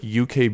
uk